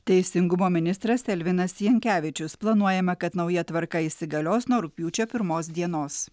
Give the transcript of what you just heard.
teisingumo ministras elvinas jankevičius planuojama kad nauja tvarka įsigalios nuo rugpjūčio pirmos dienos